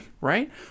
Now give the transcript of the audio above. Right